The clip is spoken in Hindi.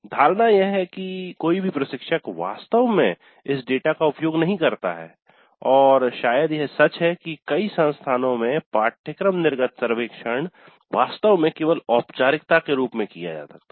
धारणा यह है कि कोई भी प्रशिक्षक वास्तव में इस डेटा का उपयोग नहीं करता है और शायद यह सच है कि कई संस्थानों में पाठ्यक्रम निर्गत सर्वेक्षण वास्तव में केवल औपचारिकता के रूप में किया जाता है